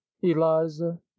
eliza